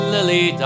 Lily